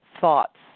thoughts